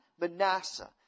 Manasseh